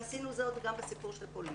ועשינו את זה עוד בסיפור של פולין.